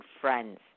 friends